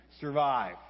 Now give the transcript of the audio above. survive